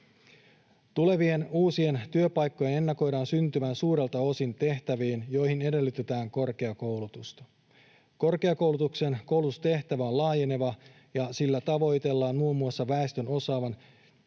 Tulevien uusien työpaikkojen ennakoidaan syntyvän suurelta osin tehtäviin, joihin edellytetään korkeakoulutusta. Korkeakoulutuksen koulutustehtävä on laajeneva, ja sillä tavoitellaan muun muassa osaavan